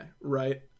right